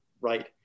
right